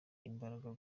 imbaraga